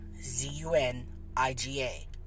Z-U-N-I-G-A